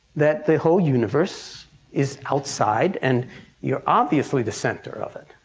that the whole universe is outside and you are obviously the center of it,